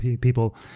people